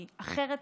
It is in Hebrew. כי אחרת,